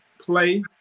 play